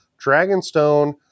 Dragonstone